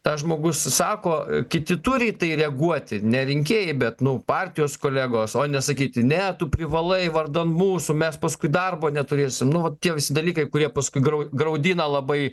tas žmogus sako kiti turi į tai reaguoti ne rinkėjai bet nu partijos kolegos o ne sakyti ne tu privalai vardan mūsų mes paskui darbo neturėsim nu vat tie visi dalykai kurie paskui grau graudina labai